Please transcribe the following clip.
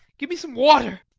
give me some water.